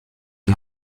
die